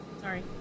Sorry